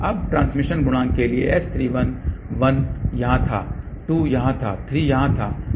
अब ट्रांसमिशन गुणांक के लिए S31 1 यहां था 2 यहां था 3 यहाँ था